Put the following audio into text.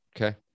okay